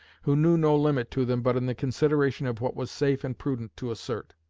who knew no limit to them but in the consideration of what was safe and prudent to assert.